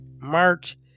March